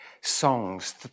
songs